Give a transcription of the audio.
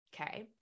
okay